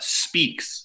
speaks